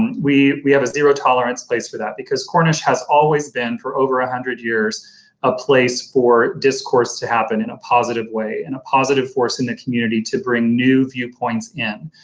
and we we have a zero tolerance place for that because cornish has always been for over a hundred years a place for discourse to happen in a positive way, and a positive force in the community to bring new viewpoints in.